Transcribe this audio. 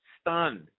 stunned